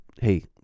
hey